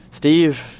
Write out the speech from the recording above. Steve